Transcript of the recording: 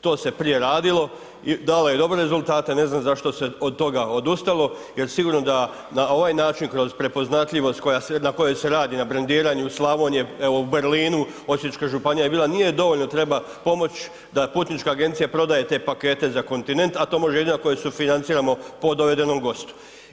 To se prije radilo i dalo je dobre rezultate, ne znam zašto se od toga odustalo jer sigurno da na ovaj način kroz prepoznatljivost na kojoj se radi, na brendiranju Slavonije, evo u Berlinu, Osječka županija je bila, nije dovoljno, treba pomoći da putnička agencija prodaje te pakete za kontinent, a to može jedino ako joj sufinanciramo po dovedenom gostu.